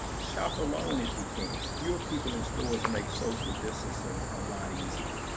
shop alone if you can, fewer people in stores makes social distancing a lot easier.